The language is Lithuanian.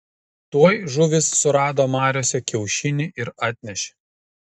tuoj žuvys surado mariose kiaušinį ir atnešė